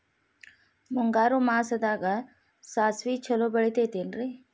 ಮುಂಗಾರು ಮಾಸದಾಗ ಸಾಸ್ವಿ ಛಲೋ ಬೆಳಿತೈತೇನ್ರಿ?